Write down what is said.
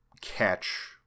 catch